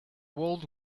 world